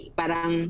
parang